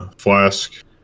Flask